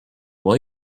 will